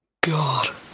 god